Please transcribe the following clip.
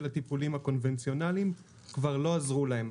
הטיפולים הקונבנציונליים כבר לא עזרו להם.